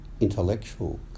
intellectual